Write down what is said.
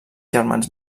germans